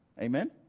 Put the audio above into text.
Amen